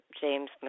James